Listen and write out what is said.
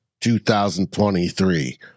2023